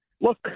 look